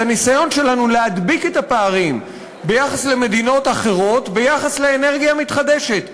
הניסיון שלנו להדביק את הפערים ביחס למדינות אחרות ביחס לאנרגיה מתחדשת,